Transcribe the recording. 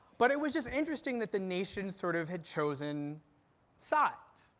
but it was just interesting that the nation sort of had chosen sides,